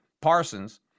Parsons